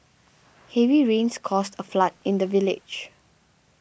heavy rains caused a flood in the village